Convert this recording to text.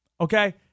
Okay